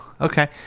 Okay